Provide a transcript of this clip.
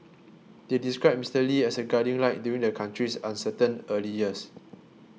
they described Mister Lee as a guiding light during the country's uncertain early years